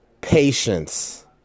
Patience